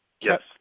Yes